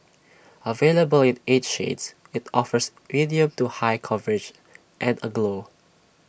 available in eight shades IT offers medium to high coverage and A glow